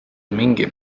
mingi